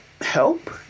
help